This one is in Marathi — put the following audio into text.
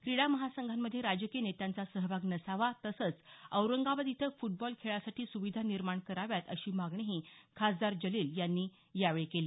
क्रीडा महासंघांमधे राजकीय नेत्यांचा सहभाग नसावा तसंच औरंगाबाद इथं फुटबॉल खेळासाठी सुविधा निर्माण कराव्यात अशी मागणीही खासदार जलील यांनी यावेळी केली